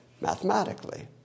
mathematically